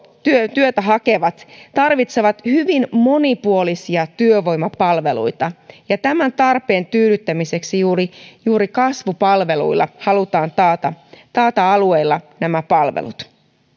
työtä hakevat tarvitsevat hyvin monipuolisia työvoimapalveluita ja tämän tarpeen tyydyttämiseksi juuri juuri kasvupalveluilla halutaan taata taata alueilla nämä palvelut